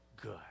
good